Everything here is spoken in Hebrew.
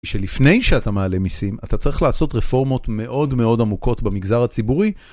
שלפני שאתה מעלה מיסים אתה צריך לעשות רפורמות מאוד מאוד עמוקות במגזר הציבורי.